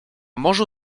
morzu